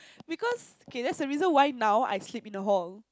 because kay that's the reason why now I sleep in the hall